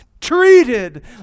treated